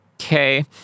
Okay